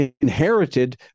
inherited